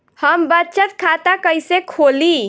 हम बचत खाता कइसे खोलीं?